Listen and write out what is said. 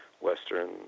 Western